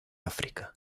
áfrica